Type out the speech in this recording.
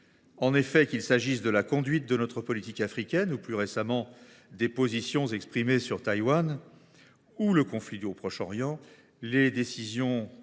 En effet, qu’il s’agisse de la conduite de notre politique africaine ou, plus récemment, des positions exprimées sur Taïwan ou le conflit au Proche Orient, les décisions